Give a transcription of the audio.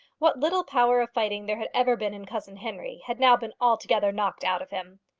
what little power of fighting there had ever been in cousin henry had now been altogether knocked out of him.